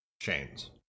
chains